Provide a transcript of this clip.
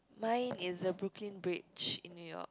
mine is the Brooklyn-Bridge in New-York